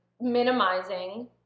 minimizing